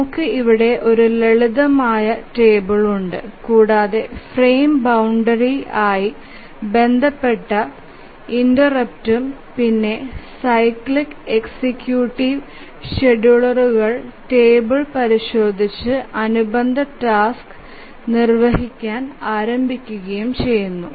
നമുക്ക് ഇവിടെ ഒരു ലളിതമായ ടേബിൾ ഉണ്ട് കൂടാതെ ഫ്രെയിം ബൌണ്ടറി ആയി ബന്ധപ്പെട്ട ഇന്റെര്പ്ട്ഉം പിന്നെ സൈക്ലിക് എക്സിക്യൂട്ടീവ് ഷെഡ്യൂളറുകൾ ടേബിൾ പരിശോധിച്ച് അനുബന്ധ ടാസ്ക് നിർവഹിക്കാൻ ആരംഭിക്കുന്നു